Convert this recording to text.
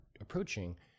approaching